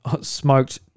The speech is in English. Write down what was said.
smoked